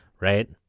Right